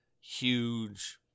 huge